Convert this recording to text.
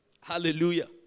Hallelujah